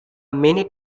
many